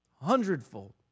hundredfold